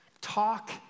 Talk